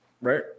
right